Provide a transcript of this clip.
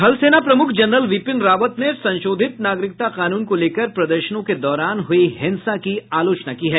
थलसेना प्रमुख जनरल बिपिन रावत ने संशोधित नागरिकता कानून को लेकर प्रदर्शनों के दौरान हुई हिंसा की आलोचना की है